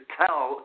tell